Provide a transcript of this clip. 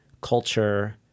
culture